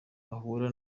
bahura